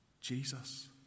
Jesus